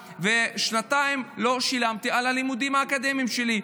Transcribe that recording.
ושנתיים לא שילמתי על הלימודים האקדמיים שלי.